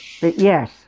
yes